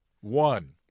One